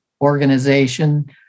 organization